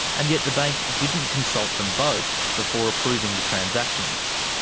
and yet the bank didn't consult them both before approving the transactions.